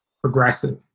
progressive